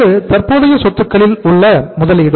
இது தற்போதைய சொத்துக்களில் உள்ள முதலீடு